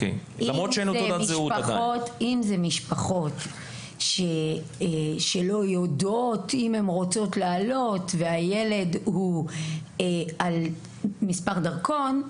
אם אלה משפחות שלא יודעות אם הן רוצות לעלות והילד הוא על מספר דרכון,